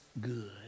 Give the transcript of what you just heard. good